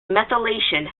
methylation